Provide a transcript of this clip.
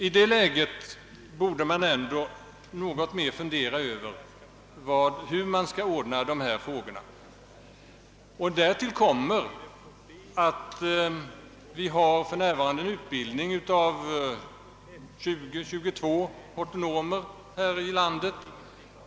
I det läget borde man något mer fundera över hur man skall lösa dessa frågor. Därtill kommer att det för närvarande endast utbildas 20—22 hortonomer per år här i landet.